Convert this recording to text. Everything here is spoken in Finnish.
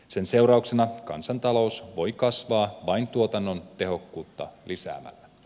sen seurauksena kansantalous voi kasvaa vain tuotannon tehokkuutta lisäämällä